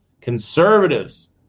conservatives